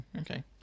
okay